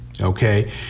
Okay